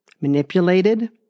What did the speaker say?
manipulated